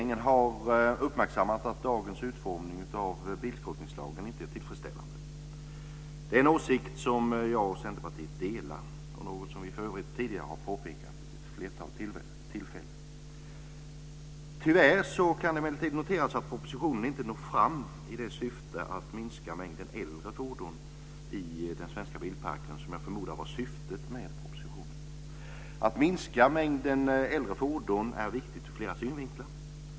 Fru talman! Regeringen har uppmärksammat att dagens utformning av bilskrotningslagen inte är tillfredsställande. Det är en åsikt som jag och Centerpartiet delar och något som vi för övrigt tidigare har påpekat vid ett flertal tillfällen. Tyvärr kan det emellertid noteras att propositionen inte når fram när det gäller att minska mängden äldre fordon i den svenska bilparken, som jag förmodar var syftet med propositionen. Att minska mängden äldre fordon är viktigt ur flera synvinklar.